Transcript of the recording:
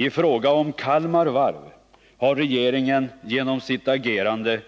I fråga om Kalmar Varv har regeringen genom sitt agerande